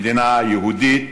מדינה יהודית,